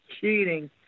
cheating